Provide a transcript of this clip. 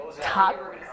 Top